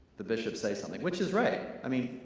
the bishops say something, which is right! i mean,